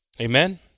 Amen